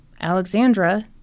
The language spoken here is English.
Alexandra